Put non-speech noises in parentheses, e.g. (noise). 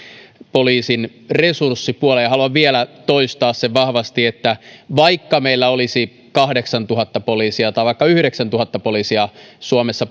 poliisin resurssipuoleen ja haluan vielä toistaa sen vahvasti että vaikka meillä olisi kahdeksantuhatta poliisia tai vaikka yhdeksäntuhatta poliisia suomessa (unintelligible)